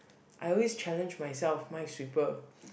I always challenge myself Minesweeper